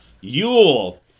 Yule